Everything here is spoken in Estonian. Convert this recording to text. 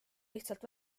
lihtsalt